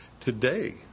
today